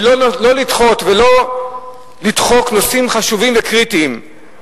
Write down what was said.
שלא לדחות ולא לדחוק נושאים חשובים וקריטיים,